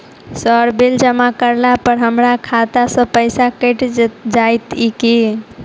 Sir bill जमा करला पर हमरा खाता सऽ पैसा कैट जाइत ई की?